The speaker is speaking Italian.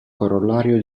corollario